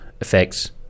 effects